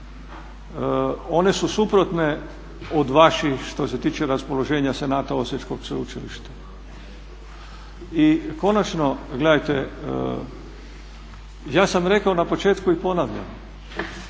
one su suprotne od vaših što se tiče raspoloženja Senata Osječkog sveučilišta. I konačno, gledajte ja sam rekao na početku i ponavljam,